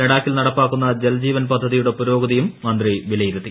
ലഡാക്കിൽ നടപ്പാക്കുന്ന ജൽജീവൻ പദ്ധതിയുടെ പുരോഗതിയും മന്ത്രി വിലയിരുത്തി